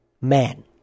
man